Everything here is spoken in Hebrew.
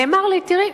נאמר לי: תראי,